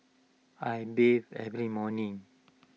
I bathe every morning